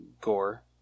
gore